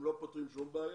הם לא פותרים שום בעיה.